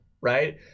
right